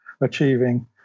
achieving